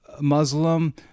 Muslim